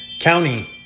County